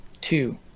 two